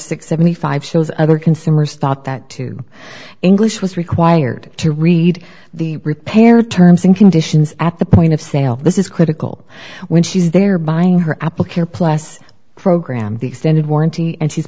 and seventy five shows other consumers thought that to english was required to read the repair terms and conditions at the point of sale this is critical when she's there buying her apple care plus program the extended warranty and she's